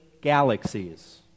galaxies